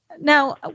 Now